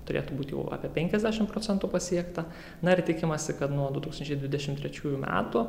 turėtų būti jau apie penkiasdešimt procentų pasiekta na ir tikimasi kad nuo du tūkstančiai dvidešimt trečiųjų metų